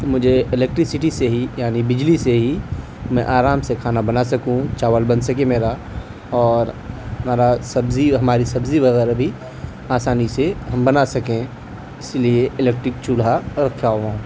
مجھے الیکٹرسٹی سے ہی یعنی بجلی سے ہی میں آرام سے کھانا بنا سکوں چاول بن سکے میرا اور میرا سبزی ہماری سبزی وغیرہ بھی آسانی سے ہم بنا سکیں اس لیے الیکٹرک چولہا رکھا ہوا ہوں